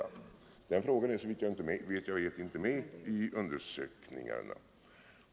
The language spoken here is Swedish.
— Den frågan är såvitt jag vet inte medtagen i undersökningarna.